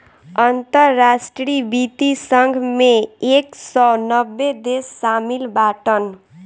अंतरराष्ट्रीय वित्तीय संघ मे एक सौ नब्बे देस शामिल बाटन